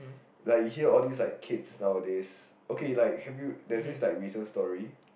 like you hear all these like kids nowadays okay like have you there's this like recent story